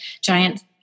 giant